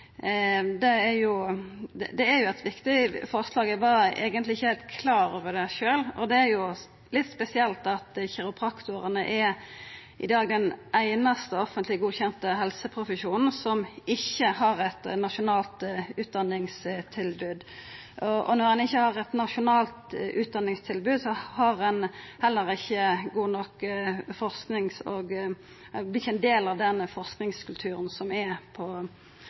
Det er eit viktig forslag. Eg var eigentleg ikkje heilt klar over det sjølv, men det er litt spesielt at kiropraktorane i dag er den einaste offentleg godkjende helseprofesjonen som ikkje har eit nasjonalt utdanningstilbod. Når ein ikkje har eit nasjonalt utdanningstilbod, vert ein heller ikkje ein del av forskingskulturen som er på dette området. Det er ekstra spesielt sidan kiropraktorane har fått ekstra ansvar som